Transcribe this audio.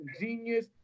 genius